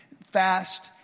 fast